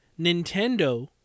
nintendo